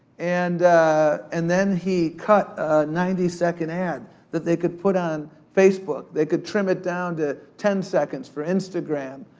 and and then, he cut a ninety second ad that they could put on facebook. they could trim it down to ten seconds for instagram,